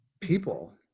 people